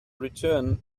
return